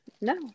No